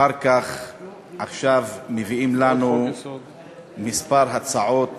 אחר כך, עכשיו, מביאים לנו כמה הצעות